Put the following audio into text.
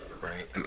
right